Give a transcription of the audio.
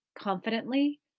confidently